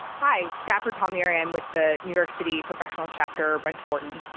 hi. stafford palmieri. i'm with the new york city professional chapter, brent warden.